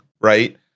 right